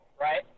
right